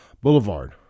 Boulevard